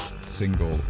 single